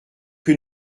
que